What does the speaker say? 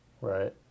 Right